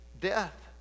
death